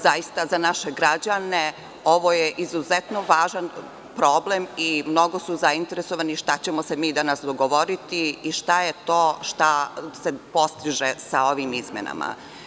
Za naše građane ovo je izuzetno važan problem i mnogi su zainteresovani šta ćemo se mi danas dogovoriti i šta je to šta se postiže sa ovim izmenama.